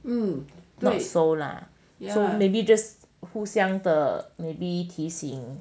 I'm not so lah so maybe just 互相的 maybe 提醒